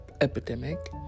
epidemic